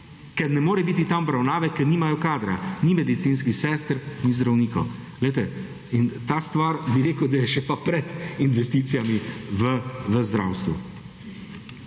ker ne more biti tam obravnave, ker nimajo kadra, ni medicinskih sester in zdravnikov. Glejte, in ta stvar bi rekel, da je pa še pred investicijami v zdravstvo.